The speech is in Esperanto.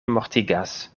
mortigas